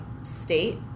state